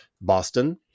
Boston